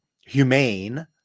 humane